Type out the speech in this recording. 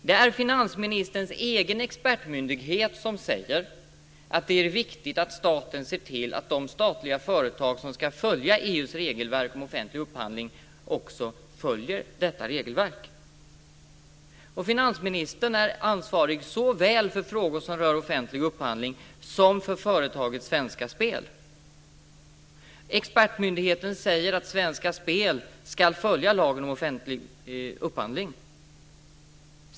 Det är alltså finansministerns egen expertmyndighet som säger att det är viktigt att staten ser till att de statliga företag som ska följa EU:s regelverk om offentlig upphandling också följer detta regelverk. Finansministern är ansvarig såväl för frågor som rör offentlig upphandling som för företaget Svenska Spel. Expertmyndigheten säger att Svenska Spel ska följa lagen om offentlig upphandling.